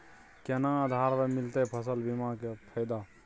केना आधार पर मिलतै फसल बीमा के फैदा?